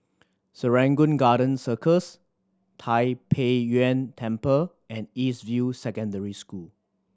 Serangoon Garden Circus Tai Pei Yuen Temple and East View Secondary School